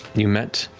you met